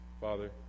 Father